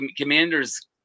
Commanders